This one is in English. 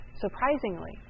surprisingly